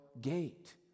gate